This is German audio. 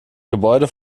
gebäude